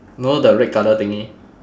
know the red colour thingy